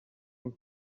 imwe